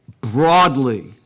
broadly